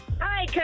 Hi